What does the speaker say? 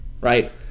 right